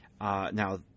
Now